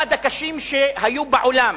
אחד הקשים שהיו בעולם,